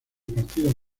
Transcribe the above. partido